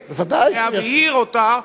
ואילו רצה חבר הכנסת אלקין להבהיר אותה,